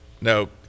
no